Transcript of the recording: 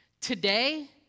Today